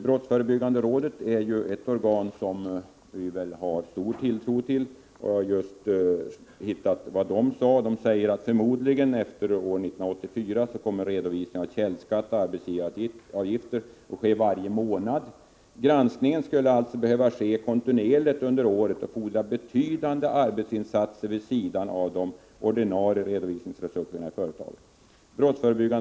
Brottsförebyggande rådet är ju ett organ som vi har stor tilltro till. I dess utlåtande framhålls bl.a.: ”Förmodligen kommer efter år 1984 redovisningen av källskatt och arbetsgivaravgifter att ske varje månad. Granskningen skulle alltså behöva ske kontinuerligt under året och fordra betydande arbetsinsatser vid sidan av de ordinarie redovisningsresurserna i företagen.